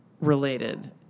related